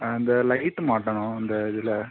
இந்த லைட்டு மாட்டணும் இந்த இதில்